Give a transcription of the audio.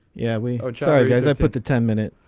yeah we are charged as i put the ten minutes.